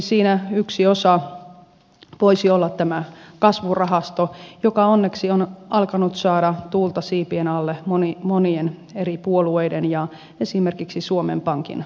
siinä yksi osa voisi olla tämä kasvurahasto joka onneksi on alkanut saada tuulta siipien alle monien eri puolueiden ja esimerkiksi suomen pankinkin taholta